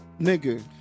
nigga